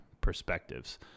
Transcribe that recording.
perspectives